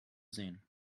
sehen